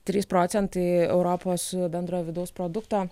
trys procentai europos bendrojo vidaus produkto